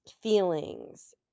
feelings